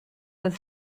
was